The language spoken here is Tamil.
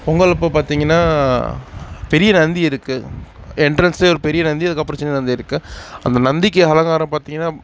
பொங்கலப்போது பார்த்திங்கனா பெரிய நந்தி இருக்குது என்ட்ரன்ஸில் ஒரு பெரிய நந்தி அதுக்கப்புறம் சின்ன நந்தி இருக்குது அந்த நந்திக்கு அலங்காரம் பார்த்திங்கனா